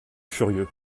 furieux